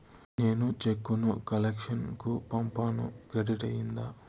నేను చెక్కు ను కలెక్షన్ కు పంపాను క్రెడిట్ అయ్యిందా